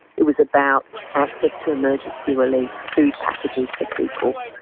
it was about access to emergency relief, food packages for people,